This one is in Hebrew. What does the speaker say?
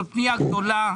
זאת פנייה גדולה,